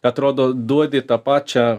atrodo duodi tą pačią